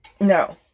No